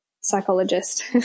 psychologist